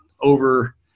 over